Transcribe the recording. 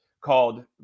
Called